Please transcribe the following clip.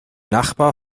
nachbar